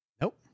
Nope